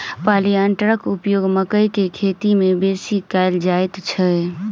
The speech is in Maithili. प्लांटरक उपयोग मकइ के खेती मे बेसी कयल जाइत छै